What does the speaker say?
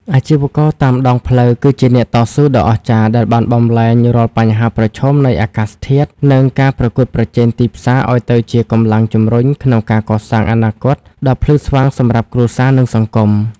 អាជីវករតាមដងផ្លូវគឺជាអ្នកតស៊ូដ៏អស្ចារ្យដែលបានបំប្លែងរាល់បញ្ហាប្រឈមនៃអាកាសធាតុ និងការប្រកួតប្រជែងទីផ្សារឱ្យទៅជាកម្លាំងជម្រុញក្នុងការកសាងអនាគតដ៏ភ្លឺស្វាងសម្រាប់គ្រួសារ និងសង្គម។